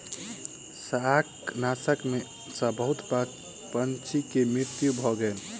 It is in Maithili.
शाकनाशक सॅ बहुत पंछी के मृत्यु भ गेल